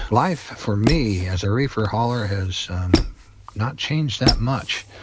life for me as a reefer hauler has not changed that much.